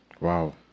Wow